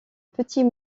petit